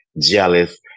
Jealous